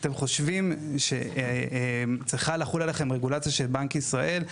-- אתם חושבים שצריכה לחול עליכם רגולציה של בנק ישראל?